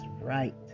right